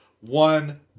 one